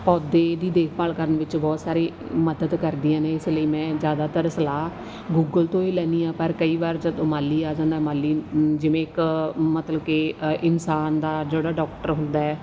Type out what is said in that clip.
ਪੌਦੇ ਦੀ ਦੇਖਭਾਲ ਕਰਨ ਵਿੱਚ ਬਹੁਤ ਸਾਰੀ ਮਦਦ ਕਰਦੀਆਂ ਨੇ ਇਸ ਲਈ ਮੈਂ ਜ਼ਿਆਦਾਤਰ ਸਲਾਹ ਗੂਗਲ ਤੋਂ ਹੀ ਲੈਂਦੀ ਹਾਂ ਪਰ ਕਈ ਵਾਰ ਜਦੋਂ ਮਾਲੀ ਆ ਜਾਂਦਾ ਮਾਲੀ ਜਿਵੇਂ ਇੱਕ ਮਤਲਬ ਕਿ ਇਨਸਾਨ ਦਾ ਜਿਹੜਾ ਡਾਕਟਰ ਹੁੰਦਾ